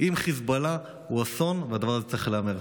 עם חיזבאללה, זה אסון, והדבר הזה צריך להיאמר.